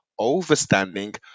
overstanding